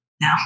no